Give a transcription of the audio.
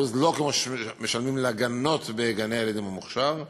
לא כמו שמשלמים לגננות בגני-הילדים במוכש"ר,